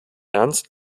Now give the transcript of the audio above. ernst